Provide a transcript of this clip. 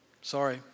sorry